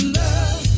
love